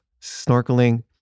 snorkeling